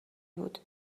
بود